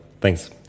Thanks